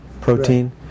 protein